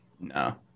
no